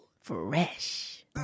Fresh